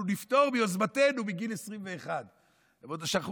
אנחנו נפטור מיוזמתנו מגיל 21. הם שכחו